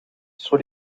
sur